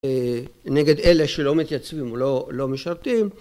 נגד אלה שלא מתייצבים ולא משרתים